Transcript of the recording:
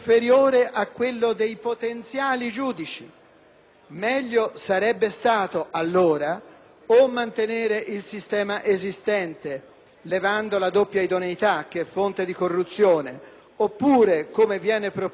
Meglio sarebbe stato allora mantenere il sistema esistente, eliminando la doppia idoneità che è fonte di corruzione, oppure, come viene proposto negli emendamenti da me presentati,